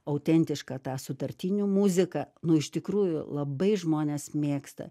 autentiška ta sutartinių muzika nu iš tikrųjų labai žmonės mėgsta